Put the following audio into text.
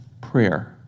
Prayer